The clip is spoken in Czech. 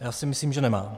Já si myslím, že nemá.